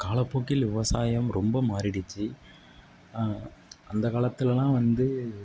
காலப்போக்கில் விவசாயம் ரொம்ப மாறிடுச்சு அந்த காலத்துலெலாம் வந்து